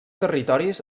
territoris